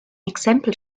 exempel